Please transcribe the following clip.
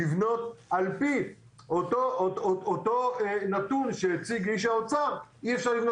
שלפי הנתון שהציג איש האוצר אי אפשר לבנות